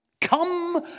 Come